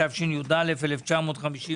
התשי"א-1951